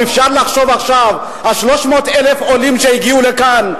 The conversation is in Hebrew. אפשר לחשוב שעכשיו 300,000 העולים שהגיעו לכאן,